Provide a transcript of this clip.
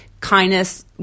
kindness